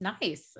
Nice